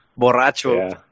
borracho